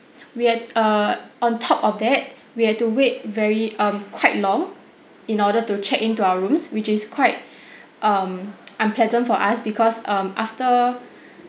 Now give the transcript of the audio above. we had err on top of that we had to wait very um quite long in order to check in to our rooms which is quite um unpleasant for us because um after